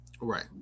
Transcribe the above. Right